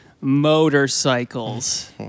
Motorcycles